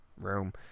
room